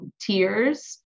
tears